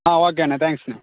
ஆ ஓகேண்ணே தேங்க்ஸுண்ணே